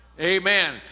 Amen